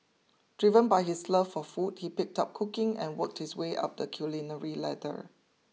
driven by his love for food he picked up cooking and worked his way up the culinary ladder